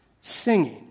singing